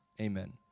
amen